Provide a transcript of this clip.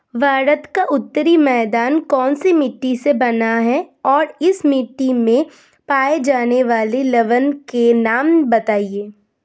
भारत का उत्तरी मैदान कौनसी मिट्टी से बना है और इस मिट्टी में पाए जाने वाले लवण के नाम बताइए?